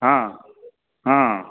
ಹಾಂ ಹಾಂ